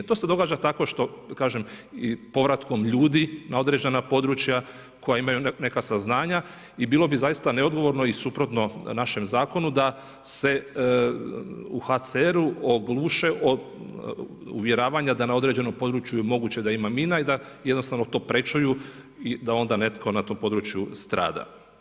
To se događa tako što kažem, povratkom ljudi na određena područja koji imaju neka saznanja i bilo bi zaista neodgovorno i suprotno našem Zakonu da se u HCR-u ogluše o uvjeravanja da na određenom području je moguće da ima mina i da jednostavno to prečuju i da onda netko na tom području strada.